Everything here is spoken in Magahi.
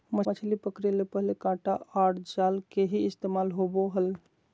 मछली पकड़े ले पहले कांटा आर जाल के ही इस्तेमाल होवो हल